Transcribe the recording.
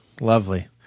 Lovely